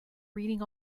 reading